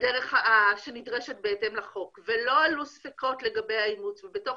בדרך שנדרשת בהתאם לחוק ולא עלו ספקות לגבי האימוץ ובתוך